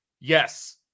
yes